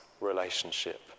relationship